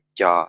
cho